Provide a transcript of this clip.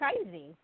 crazy